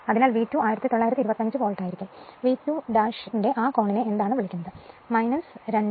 അതിനാൽ V 2 1925 volt ആയിരിക്കും V 2 ന്റെ ആ കോണിനെ എന്താണ് വിളിക്കുന്നത് 2 o